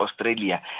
Australia